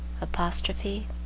apostrophe